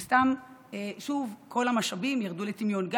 ושוב כל המשאבים יורדים לטמיון סתם,